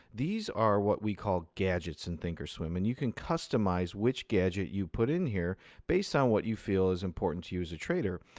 these are what we call gadgets in thinkorswim, and you can customize which gadget you put in here based on what you feel is important to you as a trader.